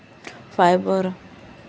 fibre